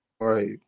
Right